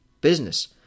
business